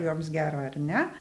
joms gera ar ne